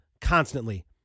constantly